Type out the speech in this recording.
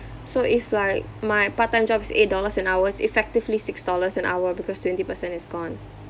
so if like my part-time job is eight dollars an hour it's effectively six dollars an hour because twenty percent is gone